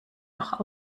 noch